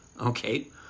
Okay